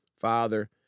Father